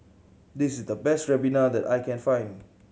this is the best ribena that I can find